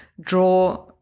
draw